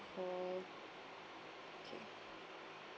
call okay